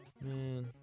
Man